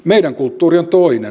meidän kulttuuri on toinen